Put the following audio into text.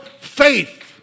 faith